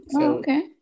okay